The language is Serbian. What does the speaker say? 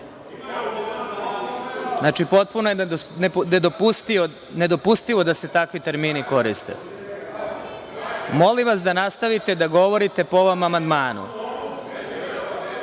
koristite. Potpuno je nedopustivo da se takvi termini koriste. Molim vas da nastavite da govorite po ovom amandmanu.